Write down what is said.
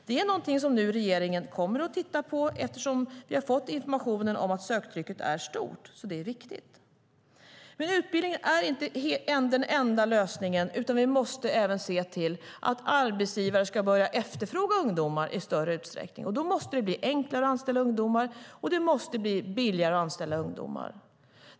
Detta är någonting som regeringen nu kommer att titta på, eftersom vi har fått information om att söktrycket är stort. Detta är viktigt. Men utbildning är inte den enda lösningen, utan vi måste även se till att arbetsgivare börjar efterfråga ungdomar i större utsträckning. Då måste det bli enklare och billigare att anställa ungdomar.